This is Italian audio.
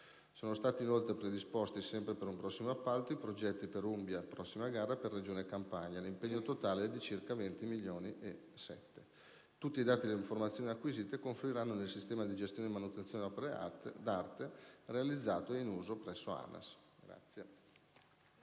Sono stati, altresì, predisposti, sempre per un prossimo appalto, i progetti per la regione Umbria, di prossima gara, e per la regione Campania. L'impegno totale è di circa 20,7 milioni di euro. Tutti i dati e le informazioni acquisite confluiranno nel sistema di gestione di manutenzione delle opere d'arte realizzato ed in uso presso l'ANAS.